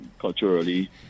culturally